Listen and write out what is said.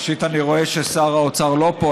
ראשית, אני רואה ששר האוצר לא פה.